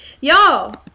Y'all